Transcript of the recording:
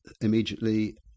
immediately